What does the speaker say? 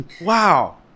Wow